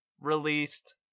released